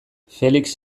felix